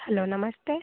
hello ನಮಸ್ತೆ